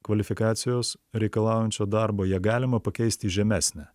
kvalifikacijos reikalaujančio darbo ją galima pakeisti į žemesnę